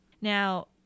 Now